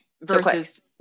versus